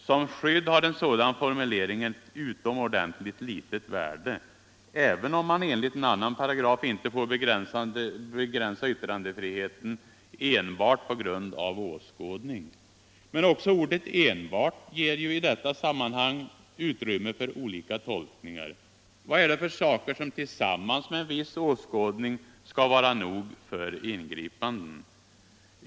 Som skydd har en sådan formulering ett utomordentligt litet värde, även om man enligt en annan paragraf inte får begränsa yttrandefriheten ”enbart på grund av —-—-- åskådning”. Men också ordet ”enbart” ger ju i detta sammanhang utrymme för olika tolkningar. Vad är det för saker som tillsammans med en viss åskådning skall vara nog för ingripanden?